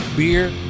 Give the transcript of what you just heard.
beer